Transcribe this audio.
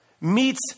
meets